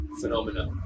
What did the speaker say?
phenomena